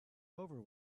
over